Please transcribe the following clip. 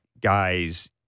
Guys